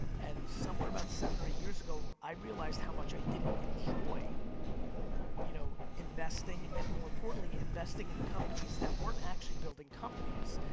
and somewhere about seven or eight years ago i realized how much i didn't enjoy you know investing, and more importantly, investing in companies that weren't actually building companies,